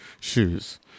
shoes